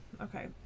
okay